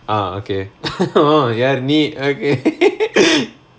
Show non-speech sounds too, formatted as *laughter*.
uh okay *laughs* oh ya need okay *laughs*